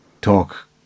talk